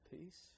peace